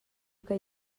que